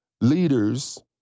leaders